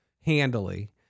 handily